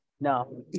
No